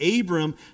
Abram